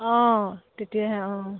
অঁ তেতিয়াহে অঁ